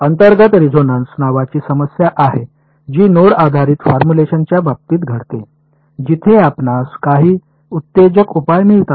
अंतर्गत रेझोनेन्स नावाची समस्या आहे जी नोड आधारित फॉर्म्युलेशनच्या बाबतीत घडते जिथे आपणास काही उत्तेजक उपाय मिळतात